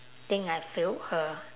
think I failed her